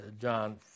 John